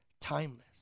timeless